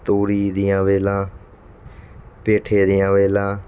ਤੋਰੀ ਦੀਆਂ ਵੇਲਾਂ ਪੇਠੇ ਦੀਆਂ ਵੇਲਾਂ